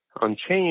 unchanged